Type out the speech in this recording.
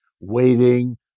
waiting